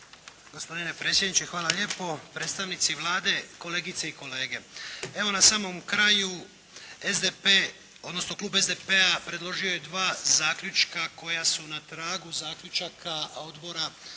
Gospodine predsjedniče hvala lijepo, predstavnici Vlade, kolegice i kolege. Evo na samom kraju SDP odnosno Klub SDP-a predložio je dva zaključka koja su na pragu zaključaka odbora